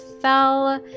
fell